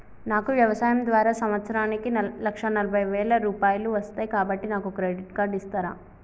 నాకు వ్యవసాయం ద్వారా సంవత్సరానికి లక్ష నలభై వేల రూపాయలు వస్తయ్, కాబట్టి నాకు క్రెడిట్ కార్డ్ ఇస్తరా?